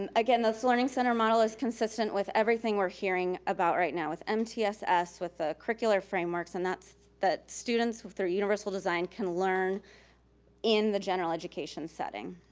um again, this learning center model is consistent with everything we're hearing about right now with mtss, with the curricular frameworks, and that's that students with their universal design can learn in the general education setting.